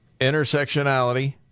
intersectionality